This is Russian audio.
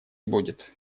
будет